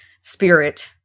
spirit